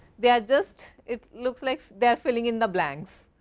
they are just, it looks like they are filling in the blanks.